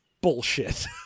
bullshit